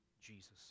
jesus